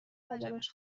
وجبش